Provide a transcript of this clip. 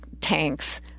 tanks